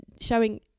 showing